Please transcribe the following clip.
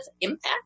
impact